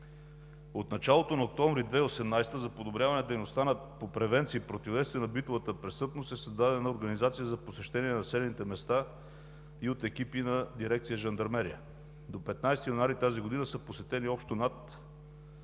От началото на месец октомври 2018 г. за подобряване дейността по превенция и противодействие на битовата престъпност е създадена организация за посещение на населените места и от екипи на Дирекция „Жандармерия“. До 15 януари тази година за цялата страна